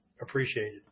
appreciated